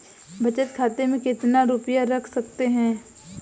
बचत खाते में कितना रुपया रख सकते हैं?